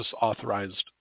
authorized